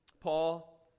Paul